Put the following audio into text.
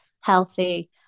healthy